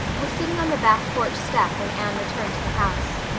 was sitting on the back porch step when anne returned to the house.